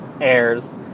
airs